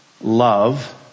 love